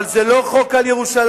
אבל זה לא חוק על ירושלים.